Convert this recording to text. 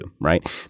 right